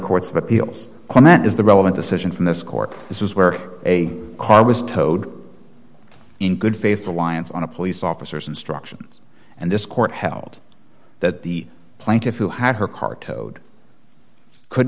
that is the relevant decision from this court this is where a car was towed in good faith alliance on a police officer's instructions and this court held that the plaintiffs who had her car towed could